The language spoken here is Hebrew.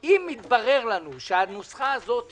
האם ההכנסה הזאת מחויבת?